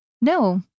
No